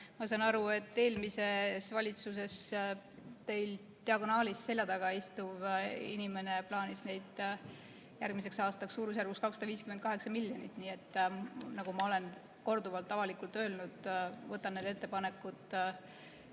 Ma saan aru, et eelmises valitsuses teist praegu diagonaalis selja taga istuv inimene plaanis neid järgmiseks aastaks suurusjärgus 258 miljonit. Nii et, nagu ma olen korduvalt avalikult öelnud, võtan need ettepanekud